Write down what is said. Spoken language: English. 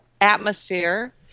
atmosphere